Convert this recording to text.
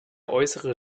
äußere